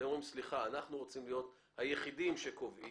אתם אומרים שאתם רוצים להיות היחידים שקובעים,